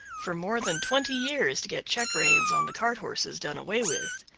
for more than twenty years to get check-reins on the cart-horses done away with,